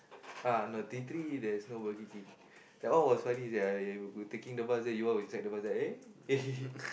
uh no T three there is no Burger-King that one was only B T T we were taking the bus then you all inside the bus then eh